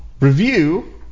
review